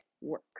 work